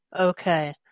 Okay